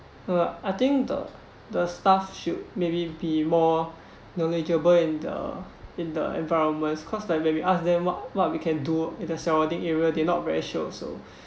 uh I think the the staff should maybe be more knowledgeable in the in the environments because like when we ask them what what we can do in the surrounding area they're not very sure also